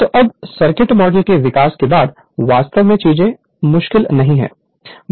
तो अब circuit model के विकास के बाद वास्तव में चीजें मुश्किल नहीं हैं